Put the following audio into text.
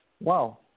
wow